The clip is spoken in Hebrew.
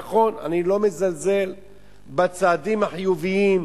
נכון, אני לא מזלזל בצעדים החיוביים,